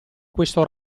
questo